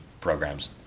programs